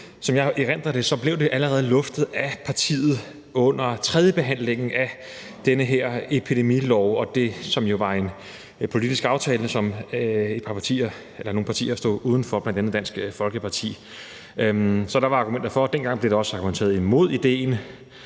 som jeg erindrer det, blev det allerede luftet af partiet under tredjebehandlingen af den her epidemilov og det, som jo var en politisk aftale, som nogle partier stod uden for, bl.a. Dansk Folkeparti. Så dengang blev der også argumenteret imod idéen.